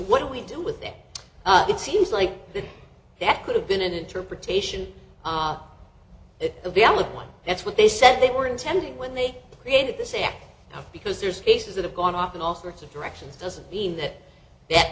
what do we do with it it seems like that could have been an interpretation it's a valid one that's what they said they were intending when they created the sec because there's cases that have gone off in all sorts of directions doesn't mean that that